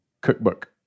cookbook